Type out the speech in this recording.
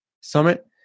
Summit